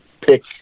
pick